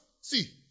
see